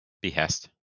behest